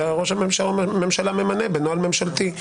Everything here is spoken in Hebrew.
שראש הממשלה ממנה בנוהל ממשלתי,